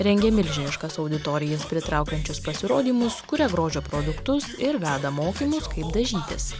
rengia milžiniškas auditorijas pritraukiančius pasirodymus kuria grožio produktus ir veda mokymus kaip dažytis